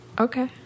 Okay